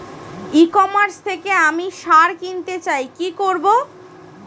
ই commerce থেকে আমি সার কিনতে চাই কি করব?